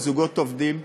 לזוגות עובדים,